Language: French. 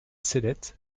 cellettes